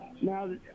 Now